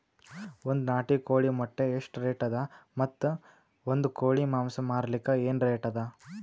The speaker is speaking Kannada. ಒಂದ್ ನಾಟಿ ಕೋಳಿ ಮೊಟ್ಟೆ ಎಷ್ಟ ರೇಟ್ ಅದ ಮತ್ತು ಒಂದ್ ಕೋಳಿ ಮಾಂಸ ಮಾರಲಿಕ ಏನ ರೇಟ್ ಅದ?